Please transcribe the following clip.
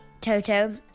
Toto